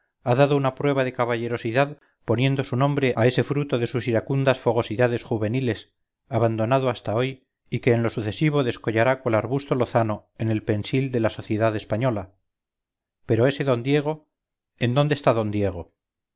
ha dado una prueba de caballerosidad poniendo su nombre a ese fruto de sus iracundas fogosidades juveniles abandonado hasta hoy y que en lo sucesivo descollará cual arbusto lozano en el pensil de la sociedad española pero ese d diego en dónde está d diego